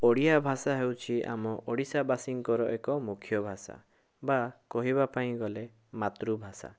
ଓଡ଼ିଆ ଭାଷା ହେଉଛି ଆମ ଓଡ଼ିଶା ବାସୀଙ୍କର ଏକ ମୁଖ୍ୟ ଭାଷା ବା କହିବା ପାଇଁ ଗଲେ ମାତୃଭାଷା